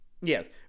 Yes